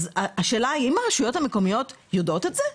השאלה היא האם הרשויות המקומיות יודעות את זה?